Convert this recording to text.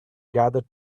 gathered